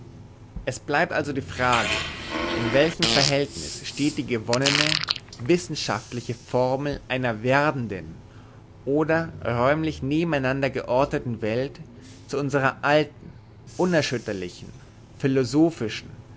es bleibt also die frage in welchem verhältnis steht die gewonnene wissenschaftliche formel einer werdenden oder räumlich nebeneinander geordneten welt zu unserer alten unerschütterlichen